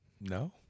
No